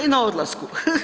I na odlasku.